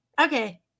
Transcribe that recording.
okay